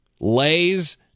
lays